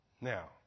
Now